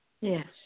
Yes